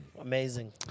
Amazing